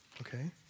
Okay